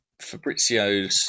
Fabrizio's